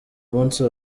munsi